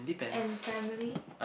and family